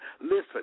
Listen